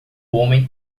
homem